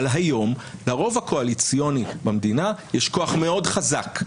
אבל היום לרוב הקואליציוני במדינה יש כוח מאוד חזק.